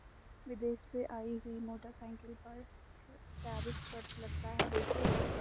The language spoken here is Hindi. विदेश से आई हुई मोटरसाइकिल पर टैरिफ कर लगता है बेटे